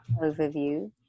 overview